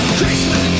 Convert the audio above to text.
Christmas